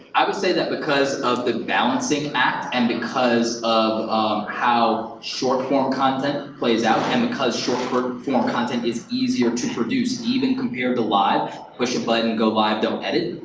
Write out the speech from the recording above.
i would say that, because of the balancing act and because of how short-form content plays out and because short-form content is easier to produce, even compared to live, push a button, go live, don't edit,